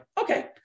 okay